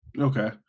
Okay